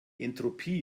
entropie